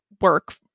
work